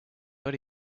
but